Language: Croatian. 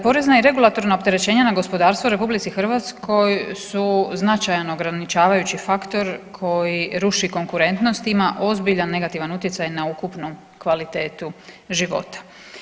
Porezna i regulatorna opterećenja na gospodarstvu u RH su značajno ograničavajući faktor koji ruši konkurentnost i ima ozbiljan negativan utjecaj na ukupnu kvalitetu života.